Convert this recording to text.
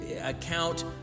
account